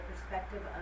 perspective